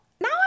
now